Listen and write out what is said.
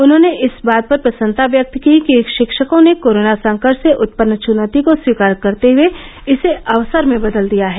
उन्होंने इस बात पर प्रसन्नता व्यक्त की कि शिक्षकों ने कोरोना संकट से उत्पन्न च्नौती को स्वीकार करते हए इसे अवसर में बदल दिया है